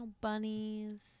bunnies